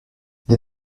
les